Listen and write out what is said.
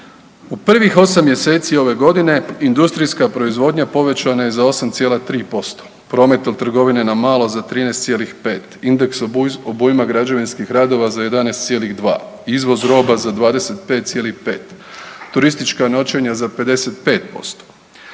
U prvih 8 mjeseci ove godine industrijska proizvodnja povećana je za 8,3%, promet trgovine na malo za 13,5, indeks obujma građevinskih radova za 11,2, izvoz roba za 25,5, turistička noćenja za 55%.